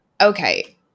Okay